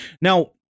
Now